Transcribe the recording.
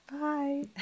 bye